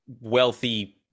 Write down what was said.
wealthy